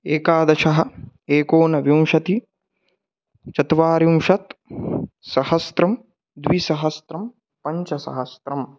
एकादशः एकोनविंशतिः चत्वारिंशत् सहस्रं द्विसहस्रं पञ्चसहस्रम्